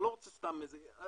אנחנו נעשה דיון, יפעת --- למה?